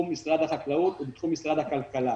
משרד החקלאות אלא בתחום משרד הכלכלה.